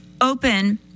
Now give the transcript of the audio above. open